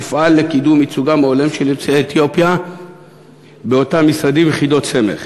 תפעל לקידום ייצוגם ההולם של יוצאי אתיופיה באותם משרדים ויחידות סמך.